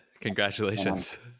Congratulations